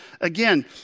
Again